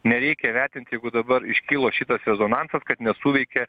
nereikia vertinti jeigu dabar iškilo šitas rezonansas kad nesuveikė